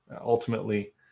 ultimately